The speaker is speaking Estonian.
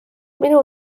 minu